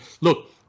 look